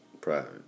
private